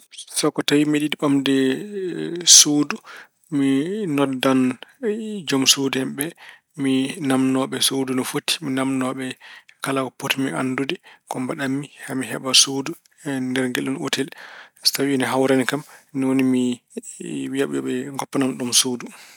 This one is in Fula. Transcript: So ko tawi mbeɗa yiɗi ɓamde suudu, mi noddan joom suudu en ɓe, mi naamno ɓe suudu no foti, mi naamno ɓe kala ko potmi anndude, ko mbaɗat mi haa mi heɓa suudu e nder ngel ɗoon otel. So tawi ene hawrani kam ene hawrani kam, ni woni mi wiya ɓe yo ɓe ngoppan am suudu.